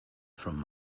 from